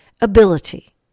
Ability